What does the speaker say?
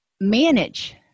manage